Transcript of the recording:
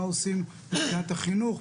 מה עושים מבחינת החינוך,